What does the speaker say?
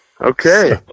Okay